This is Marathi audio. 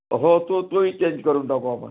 हो तो तोही चेंज करून टाकू आपण